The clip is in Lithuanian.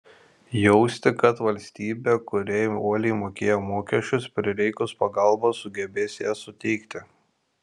jausti kad valstybė kuriai uoliai mokėjo mokesčius prireikus pagalbos sugebės ją suteikti